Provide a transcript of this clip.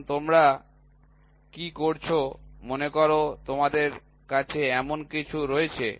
এখন তোমরা কি করছ মনে কর তোমাদের কাছে এরকম কিছু রয়েছে